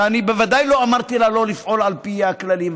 ואני בוודאי לא אמרתי לה לא לפעול על פי הכללים,